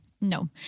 No